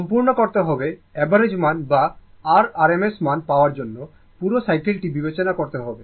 সম্পূর্ণ করতে হবে অ্যাভারেজ মান বা r RMS মান পাওয়ার জন্য পুরো সাইকেলটি বিবেচনা করতে হবে